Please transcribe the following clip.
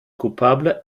coupable